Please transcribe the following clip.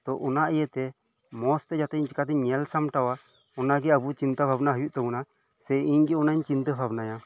ᱛᱚ ᱚᱱᱟ ᱤᱭᱟᱹᱛᱮ ᱢᱚᱸᱡᱽ ᱛᱮ ᱡᱟᱛᱮ ᱪᱤᱠᱟᱛᱮᱧ ᱧᱮᱞ ᱥᱟᱢᱴᱟᱣᱟ ᱚᱱᱟᱜᱮ ᱟᱵᱚ ᱪᱤᱱᱛᱟ ᱵᱷᱟᱵᱽᱱᱟ ᱦᱳᱭᱳᱜ ᱛᱟᱵᱚᱱᱟ ᱥᱮ ᱤᱧ ᱜᱮ ᱚᱱᱟᱧ ᱪᱤᱱᱛᱟᱹ ᱵᱷᱟᱵᱽᱱᱟᱭᱟ